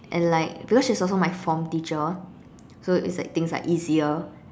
and like because she's also my form teacher so it's like things are easier